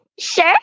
Sure